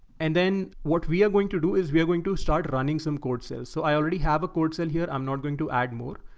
and then, what we are going to do is we are going to start running some code cells. so i already have a code cell here. i'm not going to add more.